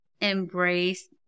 embrace